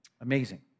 Amazing